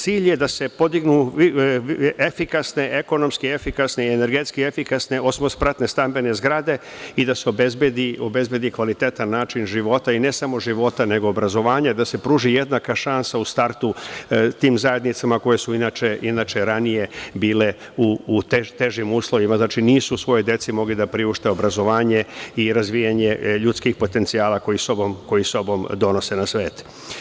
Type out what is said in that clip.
Cilj je da se podignu ekonomski efikasne i energetski efikasne osmospratne stambene zgrade i da se obezbedi kvalitetan način života i ne samo života, nego i obrazovanja, da se pruži jednaka šansa u startu tim zajednicama, koje su inače ranije bile u težim uslovima, znači nisu svojoj deci mogli da priušte obrazovanje i razvijanje ljudskih potencijala koji sa sobom donose na svet.